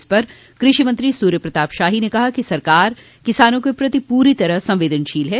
इस पर कृषिमंत्री सूर्यप्रताप शाही ने कहा कि सरकार किसानों के प्रति पूरी संवेदनशील है